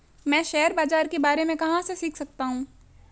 मैं शेयर बाज़ार के बारे में कहाँ से सीख सकता हूँ?